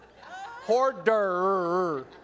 Hoarder